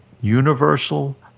universal